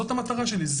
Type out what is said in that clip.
זאת המטרה שלי.